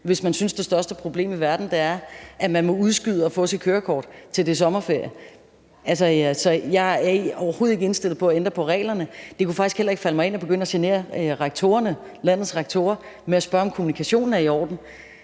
hvis man synes, at det største problem i verden er, at man må udskyde at få sit kørekort, til man har sommerferie? Jeg er overhovedet ikke indstillet på at ændre på reglerne. Det kunne faktisk heller ikke falde mig ind at begynde at genere landets rektorer ved at spørge, om kommunikationen er i orden.